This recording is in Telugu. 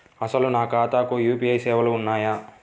అసలు నా ఖాతాకు యూ.పీ.ఐ సేవలు ఉన్నాయా?